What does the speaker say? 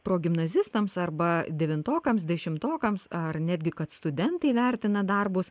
progimnazistams arba devintokams dešimtokams ar netgi kad studentai įvertina darbus